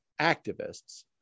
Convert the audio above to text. activists